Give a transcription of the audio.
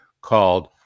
called